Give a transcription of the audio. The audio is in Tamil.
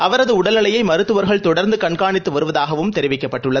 அவரதுஉடல்நிலையைமருத்துவர்கள் தொடர்ந்துகண்காணித்துவருவதாகவும் தெரிவிக்கப்பட்டுள்ளது